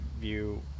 view